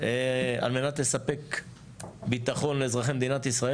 על מנת לספק ביטחון לאזרחי מדינת ישראל